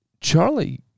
Charlie